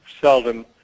seldom